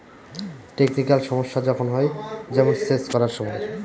technical সমস্যা যখন হয়, যেমন সেচ করার সময়